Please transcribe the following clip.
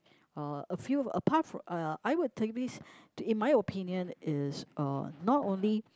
uh a few apart from uh I would think this in my opinion is uh not only